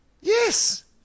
Yes